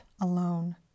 alone